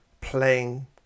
playing